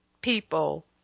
people